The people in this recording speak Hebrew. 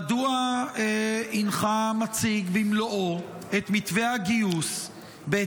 מדוע אינך מציג את מתווה הגיוס במלואו,